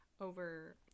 over